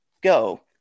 go